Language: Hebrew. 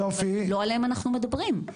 לא עליהם אנחנו מדברים.